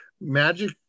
Magic